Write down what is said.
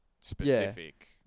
specific